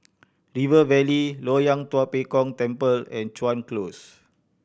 River Valley Loyang Tua Pek Kong Temple and Chuan Close